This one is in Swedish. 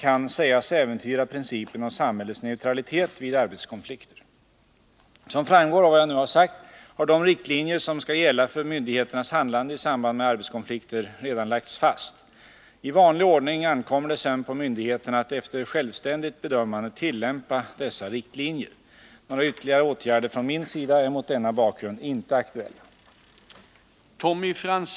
Avser arbetsmarknadsministern att vidta åtgärder som medverkar till att arbetsförmedlingen iakttar förutsatt neutralitet i arbetskonflikter vid förmedling av beredskapsjobb samt att uraktlåtenhet från arbetsförmedling att lämna skriftlig anvisning inte drabbar beredskapsarbetarna?